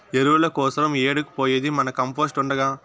ఎరువుల కోసరం ఏడకు పోయేది మన కంపోస్ట్ ఉండగా